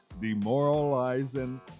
demoralizing